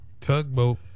tugboat